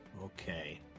okay